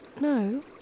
No